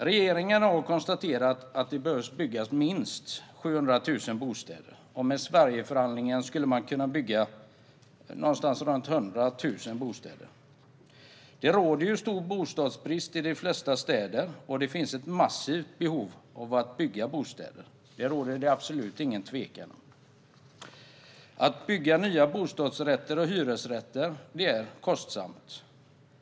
Regeringen har konstaterat att det behöver byggas minst 700 000 bostäder, och med Sverigeförhandlingen skulle man kunna bygga runt 100 000 bostäder. Det råder stor bostadsbrist i de flesta städer, och att det finns ett massivt behov av att bygga bostäder råder det absolut ingen tvekan om. Att bygga nya bostadsrätter och hyresrätter är kostsamt.